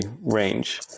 range